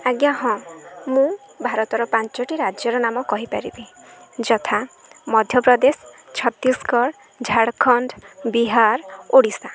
ଆଜ୍ଞା ହଁ ମୁଁ ଭାରତର ପାଞ୍ଚଟି ରାଜ୍ୟର ନାମ କହିପାରିବି ଯଥା ମଧ୍ୟପ୍ରଦେଶ ଛତିଶଗଡ଼ ଝାଡ଼ଖଣ୍ଡ ବିହାର ଓଡ଼ିଶା